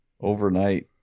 overnight